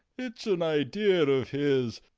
it's an idea of his.